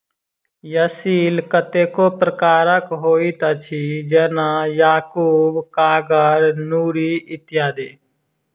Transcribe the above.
असील कतेको प्रकारक होइत अछि, जेना याकूब, कागर, नूरी इत्यादि